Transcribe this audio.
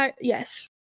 yes